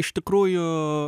iš tikrųjų